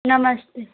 नमस्ते